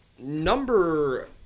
Number